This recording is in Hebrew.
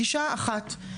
גישה אחת.